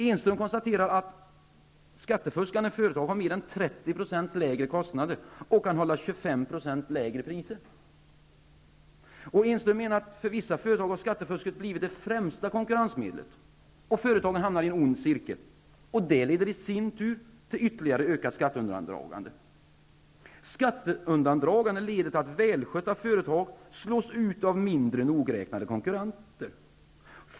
Enström konstaterar att skttefuskande företag har mer än 30 % lägre kostnader och kan hålla 25 % Enström menar att för vissa företag har skattefusket blivit det främsta konkurrensmedlet. Företagen hamnar i en ond cirkel. Det leder i sin tur till ytterligare ökat skatteundandragande. Skatteundandragande leder till att välskötta företag slås ut av mindre nogräknade konkurrenter.